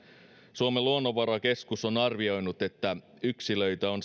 suomen luonnonvarakeskus on arvioinut että yksilöitä on